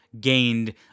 gained